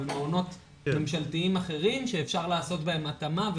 אבל מעונות ממשלתיים אחרים שאפשר לעשות בהם התאמה,